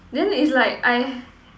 then it's like I